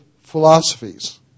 philosophies